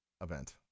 event